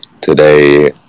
today